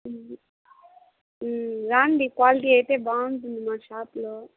రండి క్వాలిటీ అయితే బాగుంటుంది మా షాప్లో